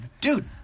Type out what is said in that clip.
dude